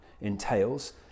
entails